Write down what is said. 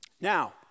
Now